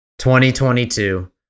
2022